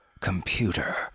Computer